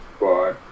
Bye